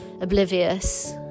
oblivious